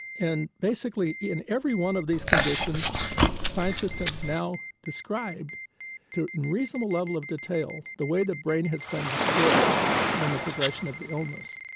and basically in every one of these conditions scientists have now described to a reasonable level of detail the way the brain has been distorted in the progression of the illness.